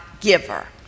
giver